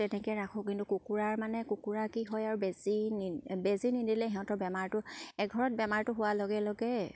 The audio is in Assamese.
তেনেকে ৰাখোঁ কিন্তু কুকুৰাৰ মানে কুকুৰা কি হয় আৰু বেছি বেজি নিদিলে সিহঁতৰ বেমাৰটো এঘৰত বেমাৰটো হোৱাৰ লগে লগে